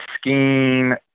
scheme